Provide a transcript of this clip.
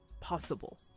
possible